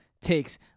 Takes